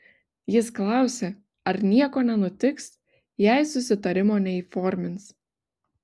jis klausė ar nieko nenutiks jei susitarimo neįformins